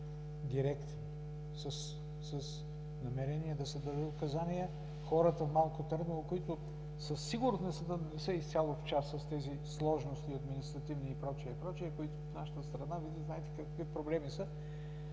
директен, с намерение да се дадат указания хората от Малко Търново, които със сигурност и да не са изцяло в час с тези сложности в администрацията и прочие, които в нашата страна Вие ги знаете какви проблеми са,